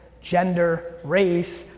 gender, race,